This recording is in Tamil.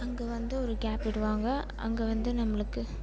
அங்கே வந்து ஒரு கேப் விடுவாங்க அங்கே வந்து நம்மளுக்கு